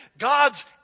God's